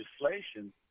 legislation